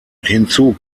hinzu